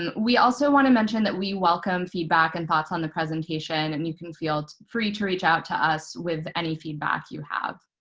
and we also want to mention that we welcome feedback and thoughts on the presentation. and you can feel free to reach out to us with any feedback you have.